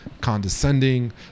condescending